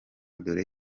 dore